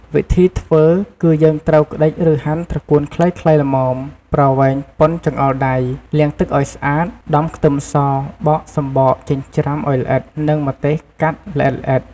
វិធីធ្វើ គឺយើងត្រូវក្ដិច ឬហាន់ត្រកួនខ្លីៗល្មម ប្រវែងប៉ុនចង្អុលដៃ លាងទឹកឲ្យស្អាត ដំខ្ទឹមស បកសំបកចិញ្ច្រាំឲ្យល្អិត និងម្ទេសកាត់ល្អិតៗ។